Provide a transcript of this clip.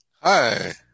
Hi